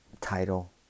title